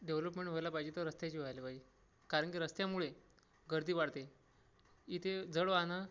development व्हायला पाहिजे तर रस्त्याची व्हायला पाहिजे कारण की रस्त्यामुळे गर्दी वाढते इथे जड वाहनं